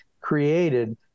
created